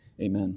Amen